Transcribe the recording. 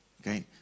Okay